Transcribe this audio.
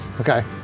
Okay